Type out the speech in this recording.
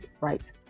right